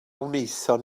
wnaethon